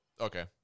okay